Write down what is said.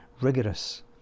rigorous